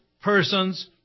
person's